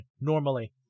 normally